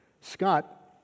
Scott